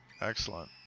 Excellent